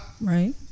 Right